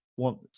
want